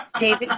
David